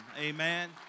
Amen